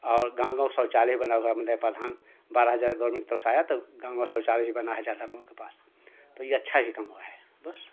और गाँव गाँव शौचालय बना हुआ है परधान बारह हजार गरमेंट के तरफ से आया तब गाँव में शौचालय भी बना है ज़्यादा लोगों के पास तो ये अच्छा भी काम हुआ है बस